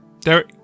Derek